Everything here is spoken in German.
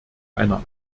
einer